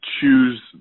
choose